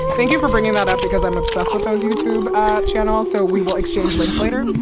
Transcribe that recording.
thank you for bringing about. because i'm obsessed with those youtube channel. so we will exchange links later.